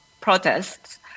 protests